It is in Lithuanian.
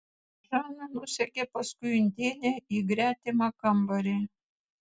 žana nusekė paskui indėnę į gretimą kambarį